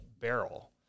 barrel